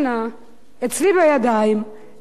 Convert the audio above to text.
אצלי באוטו,